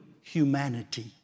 humanity